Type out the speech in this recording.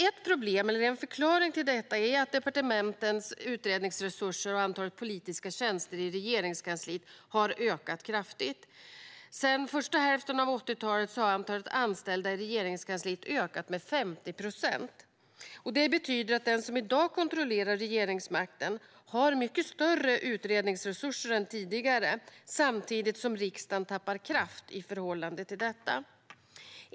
En förklaring till detta är att departementens utredningsresurser och antalet politiska tjänster i Regeringskansliet har ökat kraftigt. Sedan första hälften av 80-talet har antalet anställda i Regeringskansliet ökat med 50 procent. Det betyder att den som i dag kontrollerar regeringsmakten har mycket större utredningsresurser än tidigare, samtidigt som riksdagen tappar kraft i förhållande till detta.